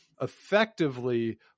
effectively